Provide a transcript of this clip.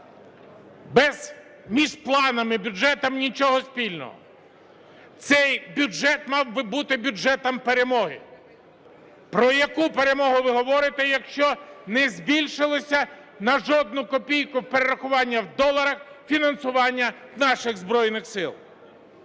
Між планом і бюджетом нічого спільного. Цей бюджет мав би бути бюджетом перемоги. Про яку перемогу ви говорите, якщо не збільшилося на жодну копійку перерахування в доларах фінансування наших Збройних Сил?